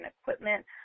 equipment